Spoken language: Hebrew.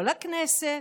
לא לכנסת,